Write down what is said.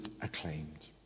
acclaimed